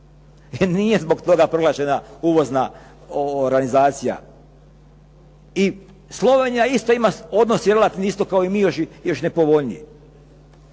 Nije zbog toga proglašena uvozna oranizacija. I Slovenija isto ima odnos vjerojatno isto kao i mi, još nepovoljniji.